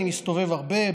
אני מסתובב הרבה,